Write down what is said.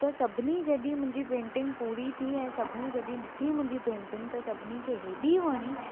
त सभिनी जॾहिं मुंहिंजी पेंटिग पूरी थी ऐं सभिनी जॾहीं ॾिठी मुंहिंजी पेंटिग त सभिनी खें हेॾी वणी